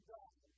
God